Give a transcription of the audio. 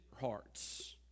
hearts